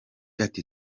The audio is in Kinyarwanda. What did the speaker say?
ati